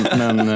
men